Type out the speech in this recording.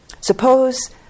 Suppose